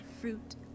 fruit